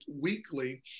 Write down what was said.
weekly